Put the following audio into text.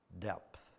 depth